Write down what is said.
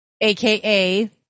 aka